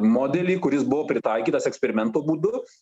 modelį kuris buvo pritaikytas eksperimento būdu